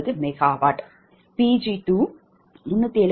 0035 MW Pg3218